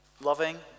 loving